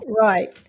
Right